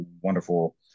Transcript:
wonderful